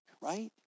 right